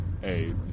hey